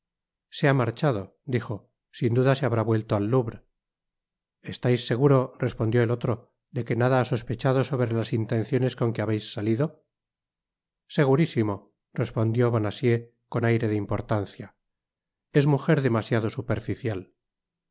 se ha marchado dijo sin duda se habrá vuelto al louvre estais seguro respondió el otro de que nada ha sospechado sobre las intenciones con que habeis salido content from google book search generated at segurísimo respondió bonacieux con aire de importancia es mujer demasiado superficial